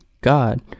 God